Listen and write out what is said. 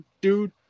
dude